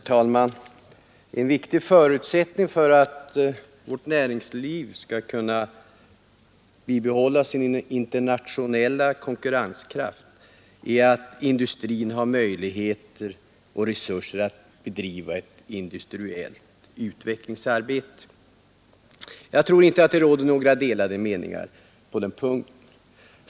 Herr talman! En viktig förutsättning för att vårt näringsliv skall kunna bibehålla sin internationella konkurrenskraft är att industrin har möjligheter och resurser att bedriva ett industriellt utvecklingsarbete. Jag tror inte att det råder några delade meningar på den punkten.